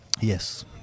Yes